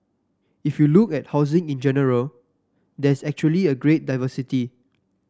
if you look at housing in general there's actually a great diversity